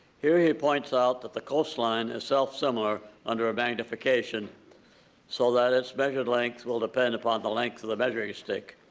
here, he points out that the coastline is self-similar under a magnification so that its measured length will depend upon the length of the measuring stick.